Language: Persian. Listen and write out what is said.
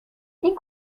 این